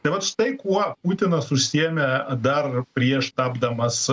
tai vat štai kuo putinas užsiėmė dar prieš tapdamas